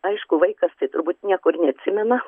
aišku vaikas tai turbūt nieko ir neatsimena